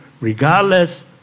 regardless